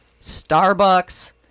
Starbucks